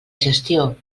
gestió